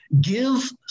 give